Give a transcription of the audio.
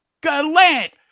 gallant